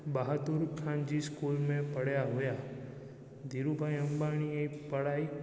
बहादुर ख़ान जी स्कूल में पढ़िया हुआ धीरू भाई अंबाणी पढ़ाई